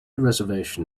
reservation